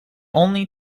only